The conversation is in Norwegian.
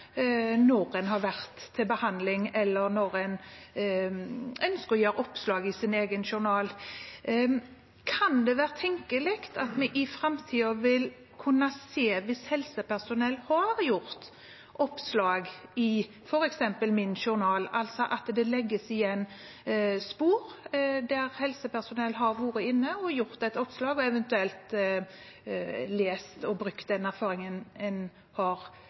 når vi har vært til behandling og ønsker å gjøre oppslag i vår egen journal. Er det tenkelig at vi i framtiden vil kunne se det hvis helsepersonell har gjort oppslag i f.eks. MinJournal, at det legges igjen spor når de eventuelt har lest og brukt den erfaringen det har gitt meg som pasient? Ja, det er i dag innebygd som en